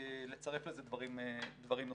לצרף לזה דברים נוספים.